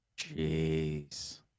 Jeez